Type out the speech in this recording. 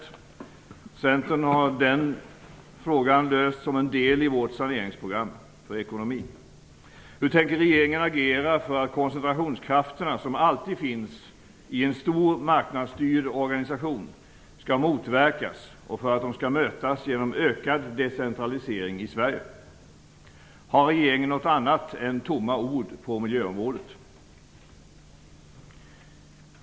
Vi i Centern har löst det problemet som en del av vårt saneringsprogram för ekonomin. - Hur tänker regeringen agera för att koncentrationskrafterna, som alltid finns i en stor marknadsstyrd organisation, skall motverkas och för att de skall mötas genom ökad decentralisering i Sverige? - Har regeringen något annat än tomma ord på miljöområdet?